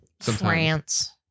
France